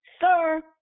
sir